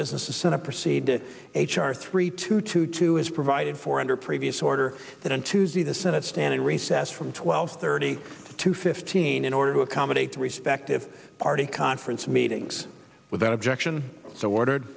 business is sent to proceed to h r three two to two is provided for under previous order that on tuesday the senate stand in recess from twelve thirty to two fifteen in order to accommodate the respective party conference meetings without objection so ordered